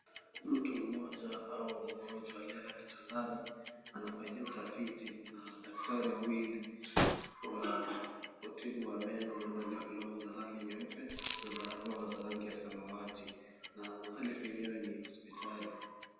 Mtu mmoja au mgonjwa aliyelala kitandani anafanyiwa utafiti na daktari wawili wa kutibu wa meno, waliovalia glavu za rangi nyeupe na barakoa za rangi ya samawati na mahali penyewe ni hospitali.